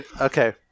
Okay